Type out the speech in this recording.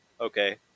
okay